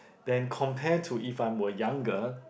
then compare to if I were younger